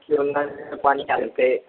की कियो नजर पानी कऽ देलकै